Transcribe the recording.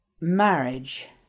marriage